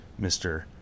Mr